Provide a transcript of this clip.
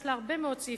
יש לה הרבה מאוד סעיפים.